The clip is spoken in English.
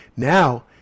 Now